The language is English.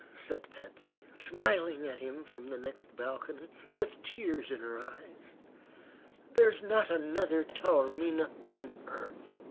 said patsy, smiling at him from the next balcony with tears in her eyes there's not another taormina on earth.